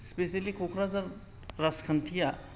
specially Kokrajhar राजखान्थिया